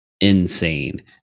insane